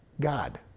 God